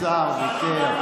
השר ויתר.